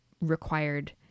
required